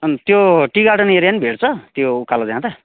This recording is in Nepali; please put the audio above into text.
अन्त त्यो टी गार्डन एरिया पनि भेट्छ त्यो उकालो जाँदा